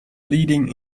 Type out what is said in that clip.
leading